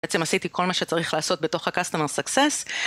בעצם עשיתי כל מה שצריך לעשות בתוך ה-Customer Success.